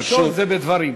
הראשון זה בדברים.